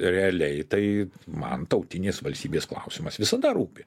realiai tai man tautinės valstybės klausimas visada rūpi